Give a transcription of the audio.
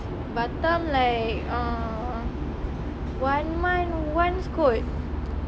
batam like ah one month once kot